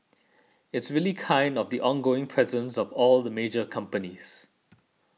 it's really kind of the ongoing presence of all the major companies